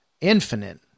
infinite